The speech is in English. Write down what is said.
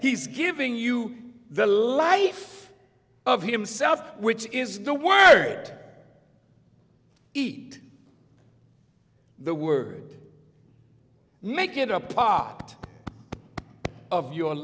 he's giving you the life of himself which is no one heard eat the word make it a part of your